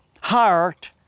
heart